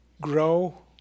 grow